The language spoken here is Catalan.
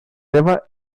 seva